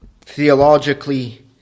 theologically